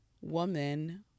woman